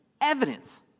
evidence